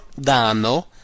danno